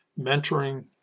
mentoring